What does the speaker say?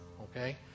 Okay